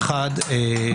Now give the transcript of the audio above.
אחד,